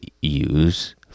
use